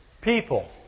people